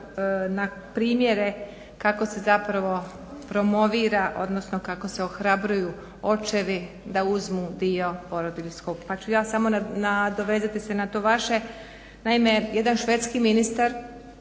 na primjere kako se zapravo promovira odnosno kako se ohrabruju očevi da uzmu dio porodiljskog pa ću ja samo nadovezati se na to vaše. Naime jedan švedski ministar